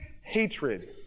hatred